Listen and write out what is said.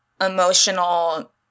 emotional